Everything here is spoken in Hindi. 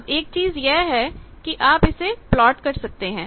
अब एक चीज यह है कि आप इसे प्लॉट कर सकते हैं